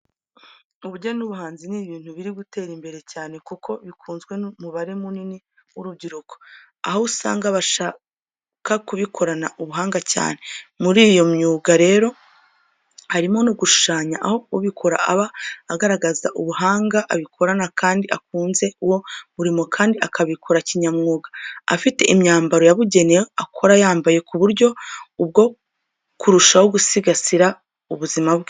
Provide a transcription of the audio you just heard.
Ubugeni n'ubuhanzi ni ibintu biri gutera imbere cyane kuko bikunzwe n'umubare munini w'urubyiruko, aho usanga bashaka kubikorana ubuhanga cyane. Muri iyo myuga rero harimo no gushushanya aho ubikora aba agaragaza ubuhanga abikorana kandi akunze uwo murimo kandi akabikora kinyamwuga, afite imyambaro yabugenewe akora yambaye mu buryo bwo kurushaho gusigasira ubuzima bwe.